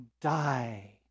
die